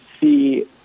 see